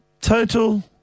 Total